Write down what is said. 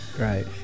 right